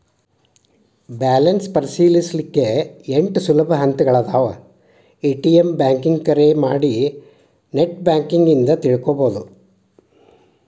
balance ಪರಿಶೇಲಿಸೊಕಾ ಎಂಟ್ ಸುಲಭ ಹಂತಗಳಾದವ ಎ.ಟಿ.ಎಂ ಬ್ಯಾಂಕಿಂಗ್ ಕರೆ ಮಾಡಿ ನೆಟ್ ಬ್ಯಾಂಕಿಂಗ್ ಇಂದ ತಿಳ್ಕೋಬೋದು